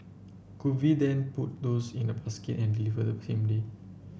could we then put those in a basket and deliver the same day